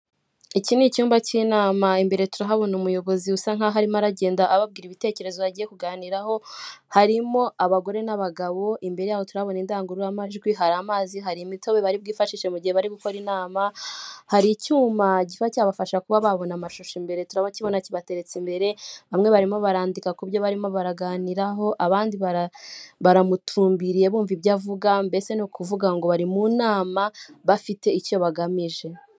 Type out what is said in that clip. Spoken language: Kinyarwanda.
Iki ni icyumba cy'inama, imbere turahabona umuyobozi usa nk'aho arimo aragenda ababwira ibitekerezo bagiye kuganiraho harimo abagore n'abagabo. Imbere yabo turabona indangururamajwi hari amazi, hari imitobe bari bwifashishije mu gihe bari gukora inama hari icyuma kiba cyabafasha kuba babona amashusho imbere turabakibona kibateretse imbere bamwe barimo barandika kubyo barimo baraganiraho abandi baramutumbiriye bumva ibyo avuga mbese ni ukuvuga ngo bari mu nama bafite icyo bagamije.